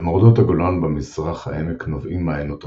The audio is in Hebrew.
במורדות הגולן במזרח העמק נובעים מעיינות רבים,